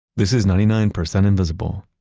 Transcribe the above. this is ninety nine percent invisible.